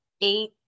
eight